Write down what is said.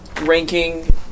ranking